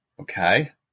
Okay